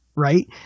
right